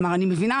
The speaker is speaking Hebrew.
כלומר אני מבינה,